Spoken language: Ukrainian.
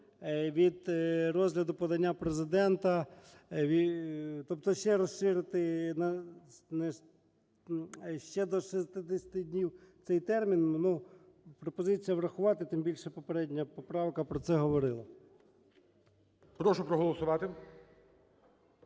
від розгляду подання Президента, тобто ще розширити, ще до 60 днів цей термін. Пропозиція врахувати, тим більше попередня поправка про це говорила. ГОЛОВУЮЧИЙ. Прошу проголосувати.